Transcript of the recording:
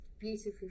beautiful